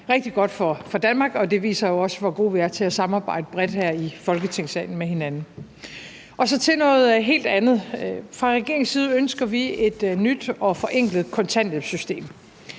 rigtig godt for Danmark, og det viser jo også, hvor gode vi er til at samarbejde bredt med hinanden her i Folketingssalen. Så vil jeg gå over til noget helt andet. Fra regeringens side ønsker vi et nyt og forenklet kontanthjælpssystem.